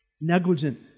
negligent